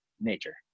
nature